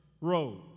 road